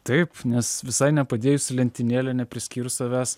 taip nes visai nepadėjus į lentynėlę nepriskyrus savęs